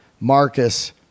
Marcus